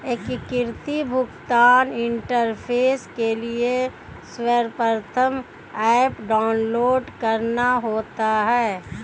एकीकृत भुगतान इंटरफेस के लिए सर्वप्रथम ऐप डाउनलोड करना होता है